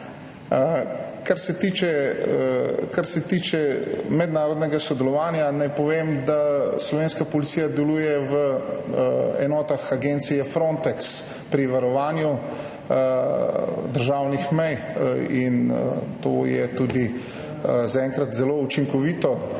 Kar se tiče mednarodnega sodelovanja, naj povem, da slovenska policija deluje v enotah agencije Frontex pri varovanju državnih mej. To je zaenkrat zelo učinkovito